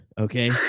okay